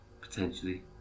potentially